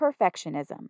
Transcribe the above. perfectionism